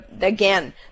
again